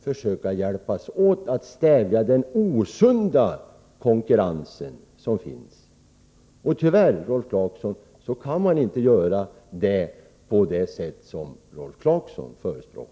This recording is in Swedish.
försöka hjälpas åt att stävja den osunda konkurrens som förekommer. Det kan dock inte ske på det sätt som Rolf Clarkson förespråkar.